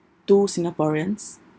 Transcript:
two singaporeans